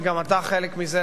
וגם אתה חלק מזה,